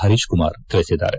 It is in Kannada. ಹರೀಶ್ಕುಮಾರ್ ತಿಳಿಸಿದ್ದಾರೆ